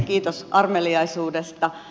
kiitos armeliaisuudesta